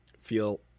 feel